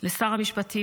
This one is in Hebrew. לשר המשפטים,